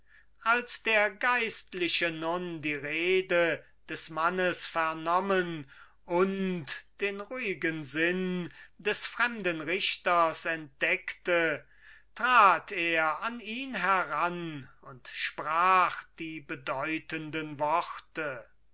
als der geistliche nun die rede des mannes vernommen und den ruhigen sinn des fremden richters entdeckte trat er an ihn heran und sprach die bedeutenden worte